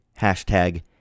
Hashtag